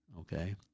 okay